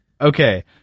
Okay